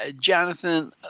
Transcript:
Jonathan